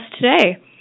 today